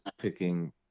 picking